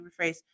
rephrase